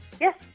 Yes